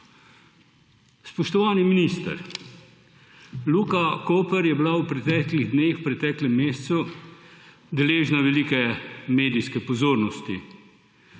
Spoštovani minister! Luka Koper je bila v preteklih dneh, v preteklem mesecu deležna velike medijske pozornosti.